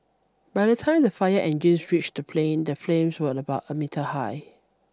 by the time the fire engines reached the plane the flames were about a meter high